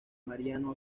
mariano